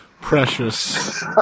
precious